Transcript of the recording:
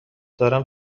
دارم